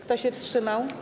Kto się wstrzymał?